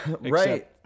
right